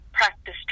practice